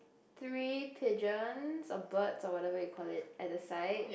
three pigeons or birds or whatever you call it at the side